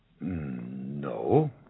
No